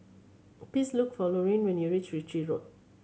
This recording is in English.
please look for Lorine when you reach Ritchie Road